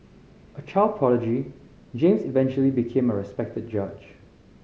a child prodigy James eventually became a respected judge